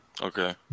Okay